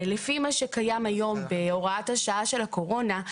לפי מה שקיים היום בהוראת השעה של הקורונה,